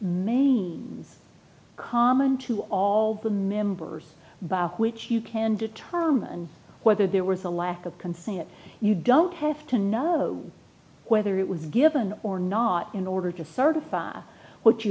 mains common to all the members by which you can determine whether there was a lack of consent you don't have to know whether it was given or not in order to certify what you